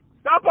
Stop